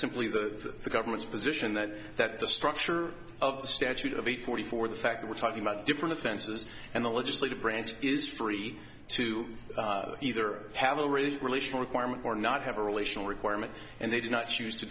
simply that the government's position that that the structure of the statute of eight forty four the fact that we're talking about different offenses and the legislative branch is free to either have a relational requirement or not have a relational requirement and they did not choose to